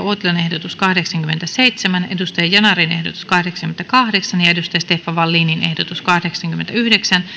uotilan ehdotus kahdeksankymmentäseitsemän ozan yanarin ehdotus kahdeksankymmentäkahdeksan ja stefan wallinin ehdotus kahdeksankymmentäyhdeksän